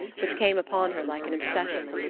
which came upon her like an obsession,